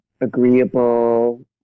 agreeable